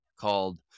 called